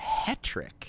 Hetrick